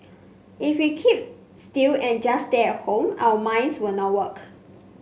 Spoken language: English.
if we keep still and just stay at home our minds will not work